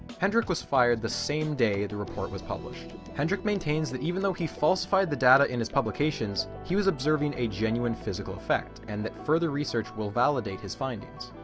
hendrik was fired the same day the report was published. hendrik maintains that even though he falsified the data in his publications he was observing a genuine physical effect and that further research will validate his findings.